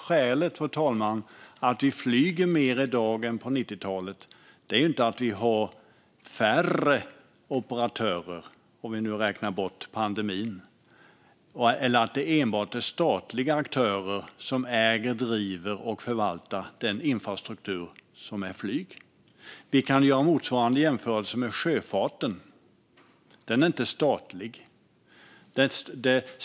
Skälet till att vi flyger mer i dag än på 90-talet är inte att vi har färre operatörer, om vi nu räknar bort under pandemin, eller att det enbart är statliga aktörer som äger, driver och förvaltar flygets infrastruktur. Vi kan göra motsvarande jämförelse med sjöfarten. Den är inte statlig.